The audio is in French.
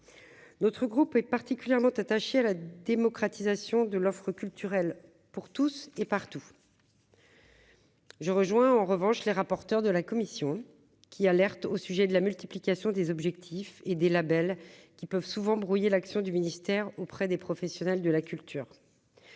notre groupe est particulièrement attachée à la démocratisation de l'offre culturelle pour tous et partout. Je rejoins, en revanche, les rapporteurs de la commission qui alerte au sujet de la multiplication des objectifs et des labels qui peuvent souvent brouiller l'action du ministère auprès des professionnels de la culture,